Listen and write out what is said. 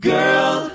Girl